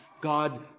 God